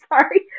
sorry